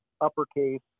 uppercase